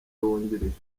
wungirije